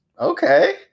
Okay